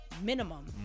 minimum